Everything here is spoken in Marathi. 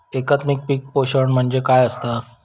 एकात्मिक पीक पोषण म्हणजे काय असतां?